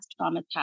Traumatized